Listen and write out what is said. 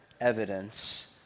evidence